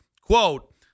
quote